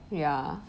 ya